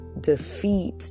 defeat